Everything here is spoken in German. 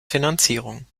finanzierung